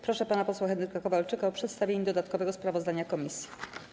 Proszę pana posła Henryka Kowalczyka o przedstawienie dodatkowego sprawozdania komisji.